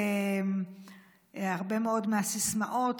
הרבה מאוד מהסיסמאות,